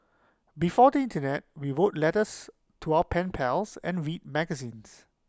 before the Internet we wrote letters to our pen pals and read magazines